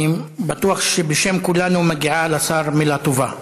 אני בטוח שבשם כולנו מגיעה לשר מילה טובה.